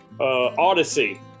Odyssey